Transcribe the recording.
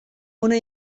una